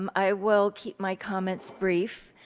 um i will keep my comments brief.